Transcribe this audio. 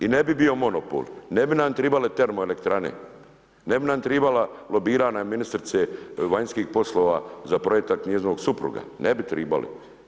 I ne bi bio monopol, ne bi nam trebale termoelektrane, ne bi nam trebala lobirana ministrice vanjskih poslova za projekat njezinog supruga, ne bi trebali.